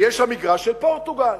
ויש המגרש של פורטוגל,